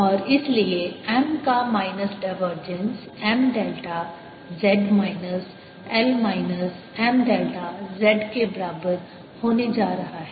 और इसलिए M का minus divergence M delta z minus L minus M delta z के बराबर होने जा रहा है